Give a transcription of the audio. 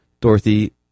Dorothy